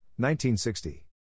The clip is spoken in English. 1960